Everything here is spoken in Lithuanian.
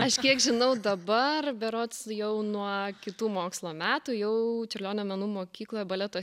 aš kiek žinau dabar berods jau nuo kitų mokslo metų jau čiurlionio menų mokykloje baleto